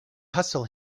hustle